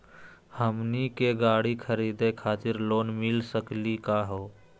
हमनी के गाड़ी खरीदै खातिर लोन मिली सकली का हो?